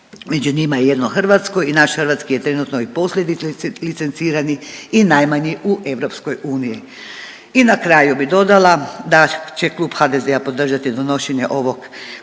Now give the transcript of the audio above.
među njima i jedno hrvatsko i naš hrvatski je trenutno i posljednji licencirani i najmanji u EU. I na kraju bi dodala da će Klub HDZ-a podržati donošenje ovog